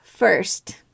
First